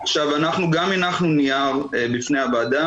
אנחנו גם הנחנו נייר בפני הוועדה,